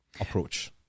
approach